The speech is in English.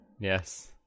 Yes